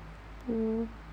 mm